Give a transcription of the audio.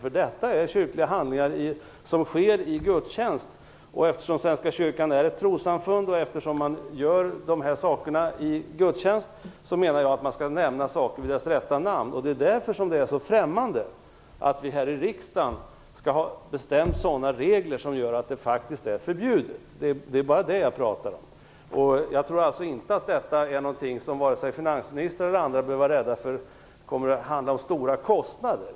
Det är fråga om kyrkliga handlingar som sker i gudstjänst. Eftersom Svenska kyrkan är ett trossamfund och eftersom man utför de här handlingarna i samband med en gudstjänst, menar jag att man skall benämna saker vid deras rätta namn. Det är därför det är så främmande att vi här i riksdagen har beslutat om regler som gör att detta faktiskt är förbjudet. Det är bara det jag pratar om. Jag tror alltså inte att vare sig finansministern eller någon annan behöver vara rädd för att det här kommer att handla om stora kostnader.